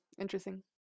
Interesting